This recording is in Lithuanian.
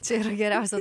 čia yra geriausia